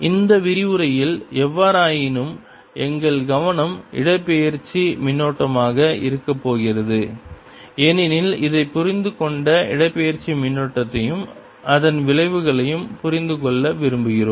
இந்த விரிவுரையில் எவ்வாறாயினும் எங்கள் கவனம் இடப்பெயர்ச்சி மின்னோட்டமாக இருக்கப் போகிறது ஏனெனில் இதைப் புரிந்துகொண்டு இடப்பெயர்ச்சி மின்னோட்டத்தையும் அதன் விளைவுகளையும் புரிந்து கொள்ள விரும்புகிறோம்